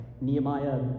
Nehemiah